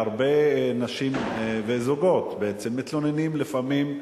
הרבה נשים וזוגות בעצם מתלוננים לפעמים,